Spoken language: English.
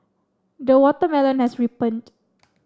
the watermelon has ripened